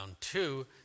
two